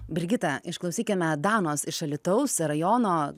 brigita išklausykime danos iš alytaus rajono